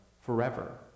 forever